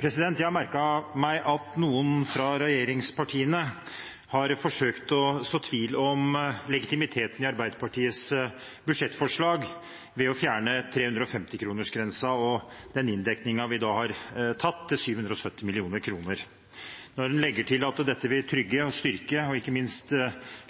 Jeg har merket meg at noen fra regjeringspartiene har forsøkt å så tvil om legitimiteten i Arbeiderpartiets budsjettforslag ved å fjerne 350-kronersgrensen og den inndekningen vi da har satt til 770 mill. kr. Når en legger til at dette vil trygge og styrke – og ikke minst